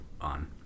on